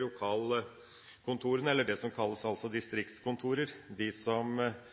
lokalkontorene, eller de såkalte distriktskontorene, som arbeider ute i marka på dette store området, kombinert med et hovedkontor som